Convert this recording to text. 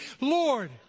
Lord